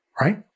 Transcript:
Right